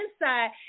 inside